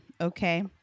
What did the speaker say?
Okay